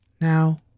Now